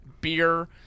beer